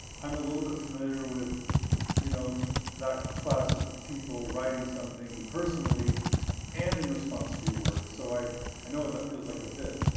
i'm a little bit familiar with you know that class of people writing something personally and in response to your work, so i i know what that feels like a bit.